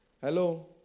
Hello